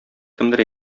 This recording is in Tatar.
кемдер